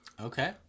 Okay